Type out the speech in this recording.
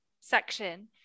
section